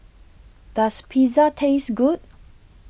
Does Pizza Taste Good